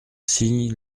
cygne